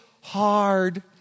hard